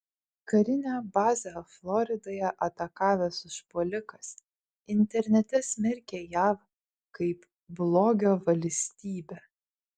karinę bazę floridoje atakavęs užpuolikas internete smerkė jav kaip blogio valstybę